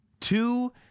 Two